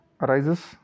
arises